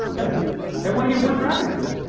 they want yeah more traffic to it.